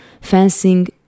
fencing